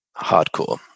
hardcore